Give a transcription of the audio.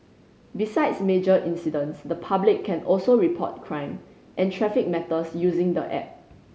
besides major incidents the public can also report crime and traffic matters using the app